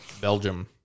Belgium